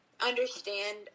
understand –